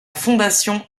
fondation